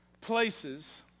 places